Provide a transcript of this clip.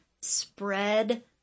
spread